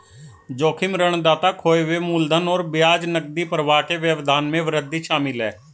जोखिम ऋणदाता खोए हुए मूलधन और ब्याज नकदी प्रवाह में व्यवधान में वृद्धि शामिल है